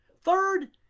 Third